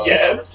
Yes